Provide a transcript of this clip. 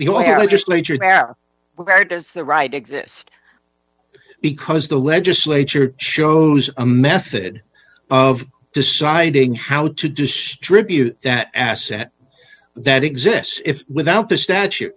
does the right exist because the legislature shows a method of deciding how to distribute that asset that exists if without the statu